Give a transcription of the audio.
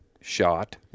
shot